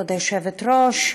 כבוד היושבת-ראש.